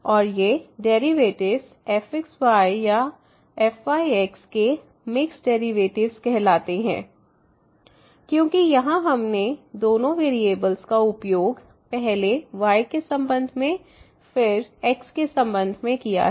और ये derivatives fxy या fyx के मिक्स्ड डेरिवेटिव्स कहलाते हैं क्योंकि यहाँ हमने दोनों वेरिएबलस का उपयोग पहले y के संबंध में फिर x के संबंध में किया है